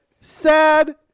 sad